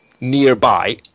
nearby